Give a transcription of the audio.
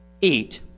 eat